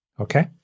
Okay